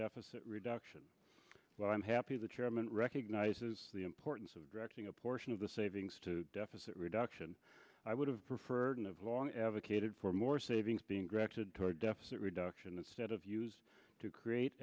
deficit reduction i'm happy the chairman recognizes the importance of directing a portion of the savings to deficit reduction i would have preferred and have long advocated for more savings being directed toward deficit reduction instead of used to create